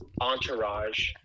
Entourage